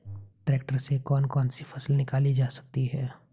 Tractor से कौन कौनसी फसल निकाली जा सकती हैं?